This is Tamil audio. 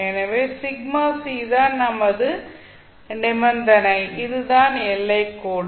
எனவே தான் நமது நிபந்தனை இதுதான் எல்லைக் கோடு